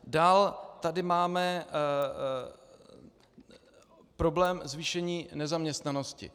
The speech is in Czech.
Dál tady máme problém zvýšení nezaměstnanosti.